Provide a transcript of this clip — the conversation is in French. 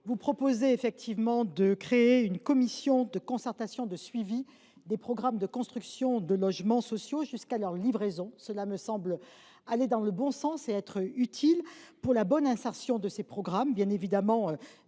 Vous proposez de créer une commission de concertation chargée de suivre les programmes de construction de logements sociaux jusqu’à leur livraison. Cela me semble aller dans le bon sens et être utile pour la bonne insertion de ces programmes et des